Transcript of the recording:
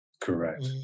Correct